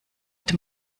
dem